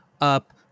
up